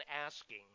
asking